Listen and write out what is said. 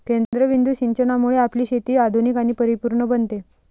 केंद्रबिंदू सिंचनामुळे आपली शेती आधुनिक आणि परिपूर्ण बनते